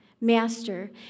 Master